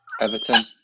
Everton